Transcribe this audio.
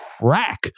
crack